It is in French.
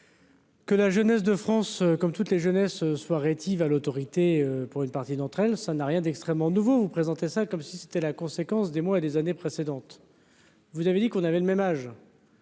Que la jeunesse de France, comme toutes les jeunesses soient rétives à l'autorité pour une partie d'entre elles, ça n'a rien d'extrêmement nouveau vous présenter ça comme si c'était la conséquence des mois et des années précédentes. Vous avez dit qu'on avait le même âge.